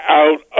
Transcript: out